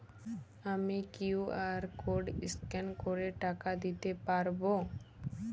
আমি Q R code scan করে টাকা দিতে পারবো?